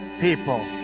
people